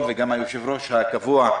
היושב-ראש הקבוע,